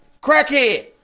crackhead